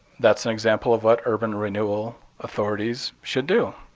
that's an example of what urban renewal authorities should do.